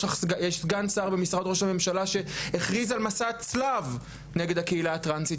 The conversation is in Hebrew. יש סגן שר במשרד ראש הממשלה שהכריז על מסע צלב נגד הקהילה הטרנסית